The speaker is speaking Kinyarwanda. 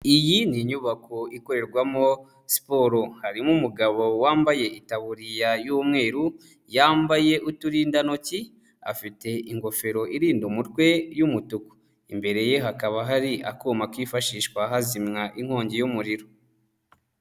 Iyi ni inyubako ikorerwamo siporo, harimo umugabo wambaye itaburiya y'umweru yambaye uturindantoki, afite ingofero irinda umutwe y'umutuku, imbere ye hakaba hari akuma kifashishwa hazimwa inkongi y'umuriro.